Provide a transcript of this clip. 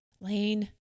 Lane